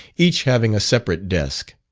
each having a separate desk.